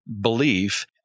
belief